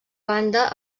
banda